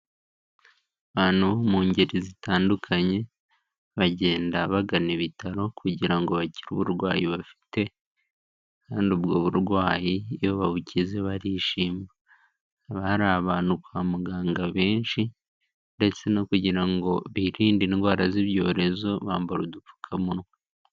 Abantu mu ngeri zitandukanye bagenda bagana ibitaro kugira ngo bakire uburwayi bafite kandi ubwo burwayi iyo babukize barishima, haba hari abantu kwa muganga benshi ndetse no kugira ngo birinde indwara z'ibyorezo bambara udupfukamunwa.